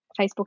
Facebook